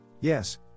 Yes